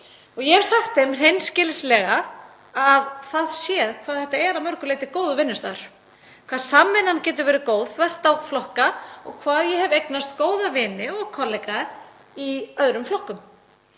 Ég hef sagt þeim hreinskilnislega hvað þetta er að mörgu leyti góður vinnustaðar, hvað samvinnan getur verið góð þvert á flokka og ég hafi eignast góða vini og kollega í öðrum flokkum.